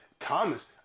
Thomas